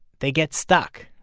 they get stuck,